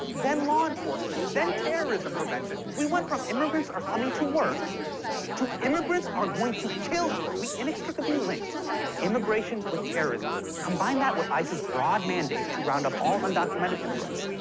then law enforcement, then terrorism prevention. we went from immigrants are coming to work to immigrants are going to kill you. we inextricably linked immigration with terrorism. combine that with ice's broad mandate to round up all undocumented immigrants,